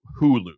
Hulu